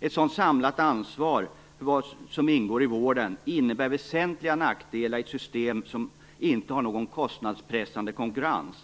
Ett sådant samlat ansvar för vad som ingår i vården innebär väsentliga nackdelar i ett system som inte har någon kostnadspressande konkurrens.